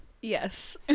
Yes